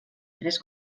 tres